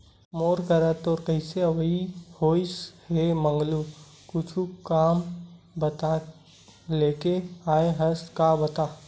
मोर करा तोर कइसे अवई होइस हे मंगलू कुछु काम बूता लेके आय हस का बता?